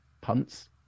punts